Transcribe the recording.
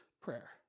prayer